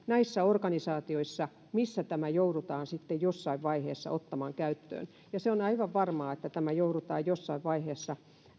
näissä organisaatioissa joissa tämä joudutaan sitten jossain vaiheessa ottamaan käyttöön ja se on aivan varmaa että jossain vaiheessa